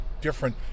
different